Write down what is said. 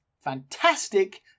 fantastic